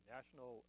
National